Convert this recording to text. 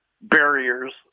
barriers